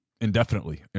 indefinitely